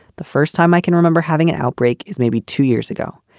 the first time i can remember having an outbreak is maybe two years ago.